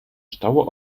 stau